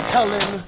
Helen